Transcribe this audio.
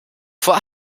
vor